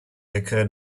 occurred